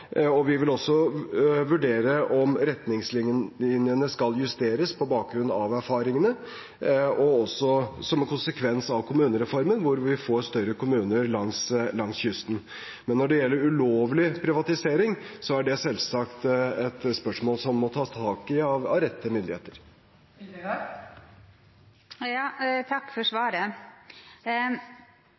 og vi vil også vurdere om retningslinjene skal justeres på bakgrunn av erfaringene – og også som en konsekvens av kommunereformen, hvor vi får større kommuner langs kysten. Men når det gjelder ulovlig privatisering, er det selvsagt et spørsmål som må tas tak i av rette myndigheter. Takk for svaret.